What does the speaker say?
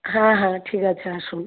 হ্যাঁ হ্যাঁ ঠিক আছে আসুন